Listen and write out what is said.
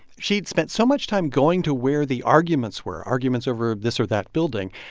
she'd spent so much time going to where the arguments were, arguments over this or that building,